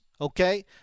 Okay